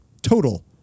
total